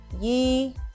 ye